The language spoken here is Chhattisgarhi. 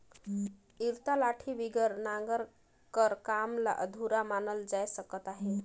इरता लाठी बिगर नांगर कर काम ल अधुरा मानल जाए सकत अहे